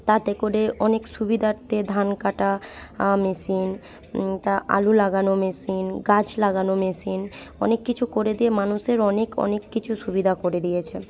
তাতে করে অনেক সুবিধার্থে ধান কাটা মেশিন তা আলু লাগানো মেশিন গাছ লাগানো মেশিন অনেক কিছু করে দিয়ে মানুষের অনেক অনেক কিছু সুবিধা করে দিয়েছে